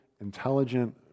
intelligent